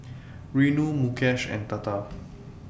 Renu Mukesh and Tata